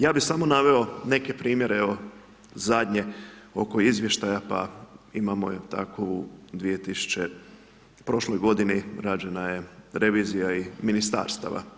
Ja bih samo naveo neke primjere, evo zadnje oko izvještaja pa imamo tako u prošloj godini, rađena je revizija i ministarstava.